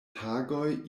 tagoj